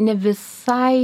ne visai